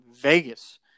Vegas